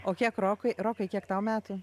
o kiek rokai rokai kiek tau metų